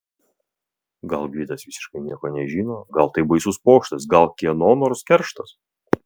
gal gvidas visiškai nieko nežino gal tai baisus pokštas gal kieno nors kerštas